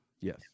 Yes